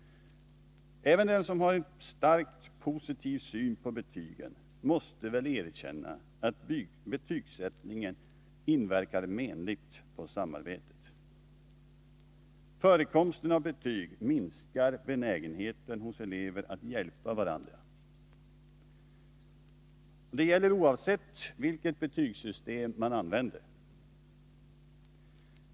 Även den som har en starkt positiv syn på betygen måste väl erkänna att betygsättningen inverkar menligt på samarbetet. Förekomsten av betyg minskar benägenheten hos elever att hjälpa varandra. Detta gäller oavsett vilket betygssystem man använder.